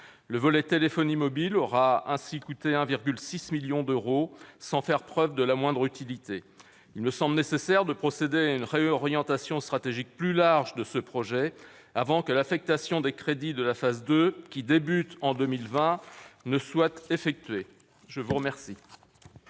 Le volet « téléphonie mobile » aura ainsi coûté 1,6 million d'euros sans faire preuve de la moindre utilité. Il me semble nécessaire de procéder à une réorientation stratégique plus large de ce projet avant que l'affectation des crédits de la phase 2, qui commence en 2020, ne soit effectuée. La parole